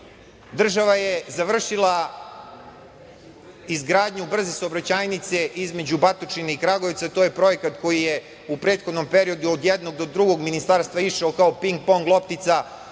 država je završila izgradnju brze saobraćajnice između Batočine i Kragujevca. To je projekat koji je u prethodnom periodu od jednog do drugog ministarstva išao kao ping pong loptica